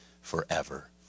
forever